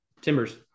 timbers